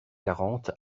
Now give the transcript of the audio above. quarante